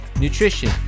nutrition